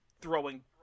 throwing